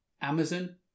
Amazon